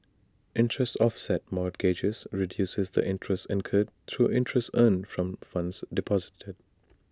interest offset mortgages reduces the interest incurred through interest earned from funds deposited